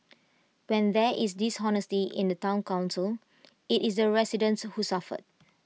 when there is dishonesty in the Town Council IT is the residents who suffer